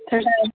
ਹਾਂਜੀ